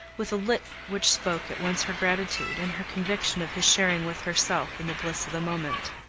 with a look which spoke at once her gratitude, and her conviction of his sharing with herself in the bliss of the moment.